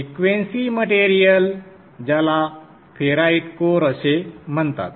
frequency material ज्याला ferrite core असे म्हणतात